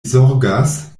zorgas